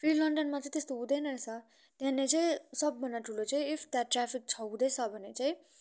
फेरि लन्डनमा चाहिँ त्यस्तो हुँदैन रहेछ त्यहाँनिर चाहिँ सबभन्दा ठुलो चाहिँ इफ द्याट ट्राफिक छ हुँदैछ भने चाहिँ